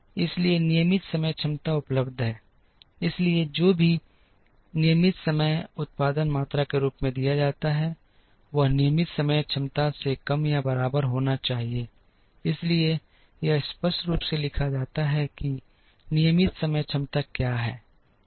इसलिए नियमित समय क्षमता उपलब्ध है इसलिए जो भी नियमित समय उत्पादन मात्रा के रूप में दिया जाता है वह नियमित समय क्षमता से कम या बराबर होना चाहिए इसलिए यह स्पष्ट रूप से लिखा जाता है कि नियमित समय क्षमता क्या है